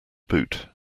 boot